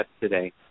today